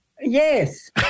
Yes